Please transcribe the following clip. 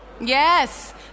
Yes